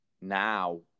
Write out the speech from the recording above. Now